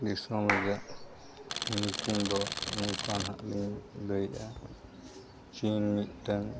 ᱫᱤᱥᱚᱢ ᱨᱮᱭᱟᱜ ᱧᱩᱛᱩᱢ ᱫᱚ ᱱᱚᱝᱠᱟ ᱦᱟᱸᱜ ᱞᱤᱧ ᱞᱟᱹᱭᱮᱫᱼᱟ ᱪᱤᱱ ᱢᱤᱫᱴᱟᱱ